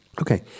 Okay